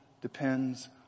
depends